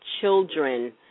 children